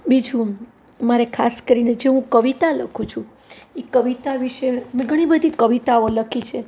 બીજું મારે ખાસ કરીને જે હું કવિતા લખું છું એ કવિતા વિષે મેં ઘણી બધી કવિતાઓ લખી છે